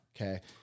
Okay